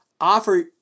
offer